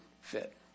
fit